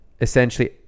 essentially